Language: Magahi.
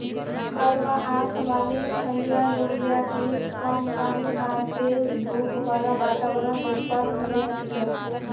कलवा आंख वाली फलियाँ लोबिया बींस कम पानी आर तेज धूप बाला वातावरणत उगवार फलियां छिके